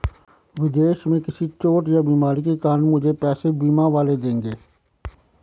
विदेश में किसी चोट या बीमारी के कारण मुझे पैसे बीमा वाले देंगे